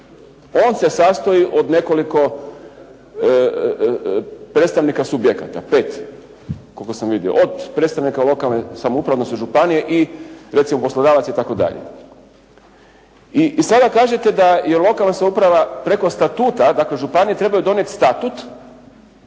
On se sastoji od nekoliko predstavnika subjekata, pet koliko sam vidio, od predstavnika lokalne samouprave odnosno županije i recimo poslodavaca itd. I sada kažete da je lokalna samouprava preko statuta, dakle županije trebaju donijeti statut